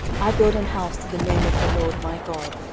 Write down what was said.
i build an house to the name of the lord my god,